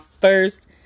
first